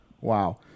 Wow